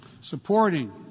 supporting